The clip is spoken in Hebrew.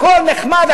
הכול נחמד,